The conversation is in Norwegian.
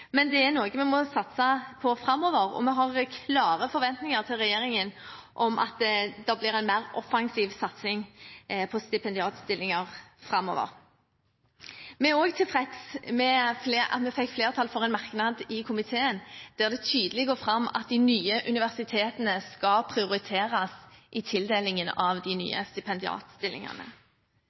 men det er noe vi må satse på framover, og vi har klare forventninger til regjeringen om at det blir en mer offensiv satsing på stipendiatstillinger framover. Vi er også tilfreds med at vi fikk flertall for en merknad i komiteen der det tydelig går fram at de nye universitetene skal prioriteres i tildelingen av de nye stipendiatstillingene.